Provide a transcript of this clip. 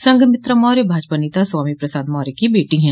संघमित्रा मौर्य भाजपा नेता स्वामी प्रसाद मौय की बेटी है